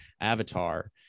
avatar